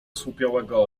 osłupiałego